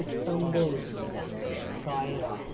Istanbul Cairo